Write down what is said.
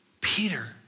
Peter